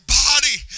body